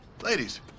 Ladies